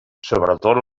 sobretot